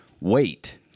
wait